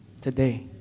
Today